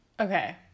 Okay